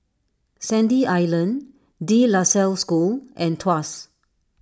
Sandy Island De La Salle School and Tuas